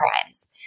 crimes